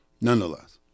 Nonetheless